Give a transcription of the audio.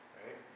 right